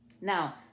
Now